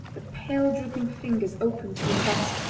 the pale drooping fingers open to the clasp.